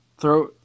throw